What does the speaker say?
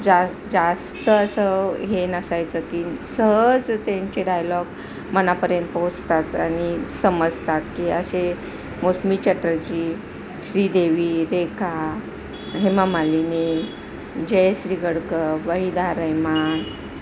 जास् जास्त असं हे नसायचं कीन सहज त्यांचे डायलॉग मनापर्यंत पोहोचतात आणि समजतात की असे मौसमी चटर्जी श्रीदेवी रेखा हेमा मालिनी जयश्री गडकर वहिदा रेहमान